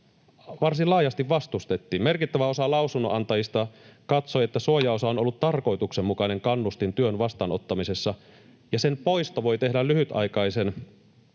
varsin laajasti vastustettiin. Merkittävä osa lausunnonantajista katsoi, että suojaosa on ollut tarkoituksenmukainen kannustin työn vastaanottamisessa ja sen poisto voi tehdä lyhytaikaisen